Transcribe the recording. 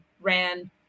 ran